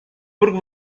porque